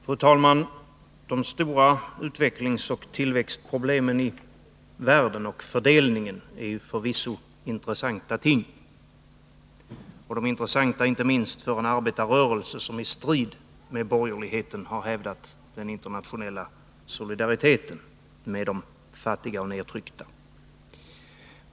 Fru talman! De stora utvecklingsoch tillväxtproblemen i världen och fördelningen är förvisso intressanta ting?, inte minst för en arbetarrörelse som i strid med borgerligheten har hävdat den internationella solidariteten med de fattiga och nedtryckta.